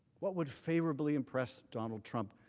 what would favorably impress donald trump.